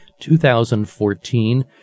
2014